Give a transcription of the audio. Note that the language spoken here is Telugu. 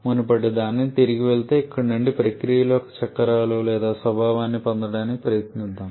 మునుపటిదానికి తిరిగి వెళితే ఇక్కడ నుండి ప్రక్రియల యొక్క చక్రాలు లేదా స్వభావాన్ని పొందడానికి ప్రయత్నిద్దాం